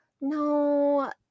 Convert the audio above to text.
No